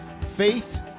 faith